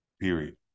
period